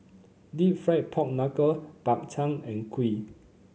deep fried Pork Knuckle Bak Chang and kuih